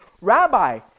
Rabbi